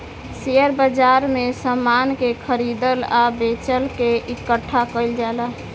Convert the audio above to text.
share बाजार में समान के खरीदल आ बेचल के इकठ्ठा कईल जाला